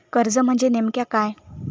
कर्ज म्हणजे नेमक्या काय?